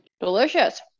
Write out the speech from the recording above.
Delicious